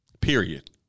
Period